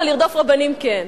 לרדוף רבנים כן.